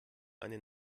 eine